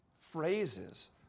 phrases